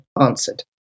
answered